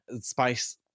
spice